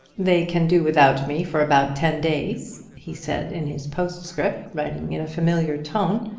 they can do without me for about ten days, he said in his postscript, writing in a familiar tone,